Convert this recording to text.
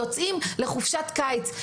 יוצאים לחופשת קיץ.